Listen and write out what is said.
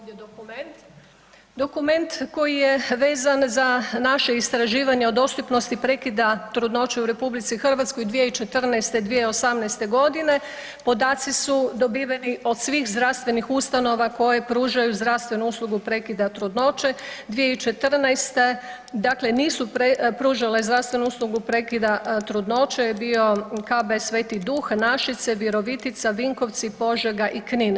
dokument koji je vezan za naše istraživanje o dostupnost prekida trudnoće u RH 2014.-2018. g., podaci su dobiveni od svih zdravstvenih ustanova koje pružaju zdravstvenu uslugu prekida trudnoće, 2014. dakle nisu pružale zdravstvenu uslugu prekida trudnoće je bio KB Sveti Duh, Našice, Virovitica, Vinkovci, Požega i Knin.